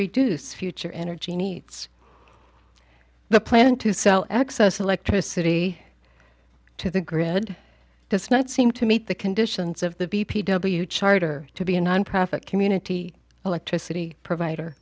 reduce future energy needs the plan to sell access electricity to the grid does not seem to meet the conditions of the b p w charter to be a nonprofit community electricity provider